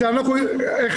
אז אנחנו אחד.